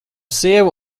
sievu